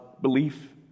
belief